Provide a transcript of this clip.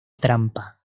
trampa